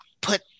put